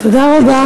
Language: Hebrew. תודה רבה.